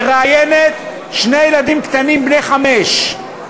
מראיינת שני ילדים קטנים בני חמש,